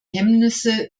hemmnisse